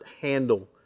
handle